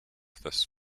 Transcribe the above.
this